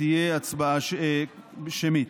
תהיה הצבעה שמית.